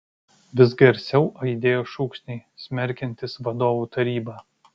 vis garsiau aidėjo šūksniai smerkiantys vadovų tarybą